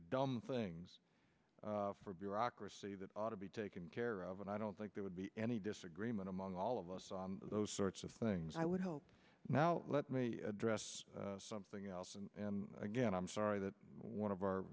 dumb things for bureaucracy that ought to be taken care of and i don't think there would be any disagreement among all of those sorts of things i would hope now let me address something else and again i'm sorry that one of our